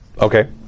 Okay